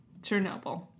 Chernobyl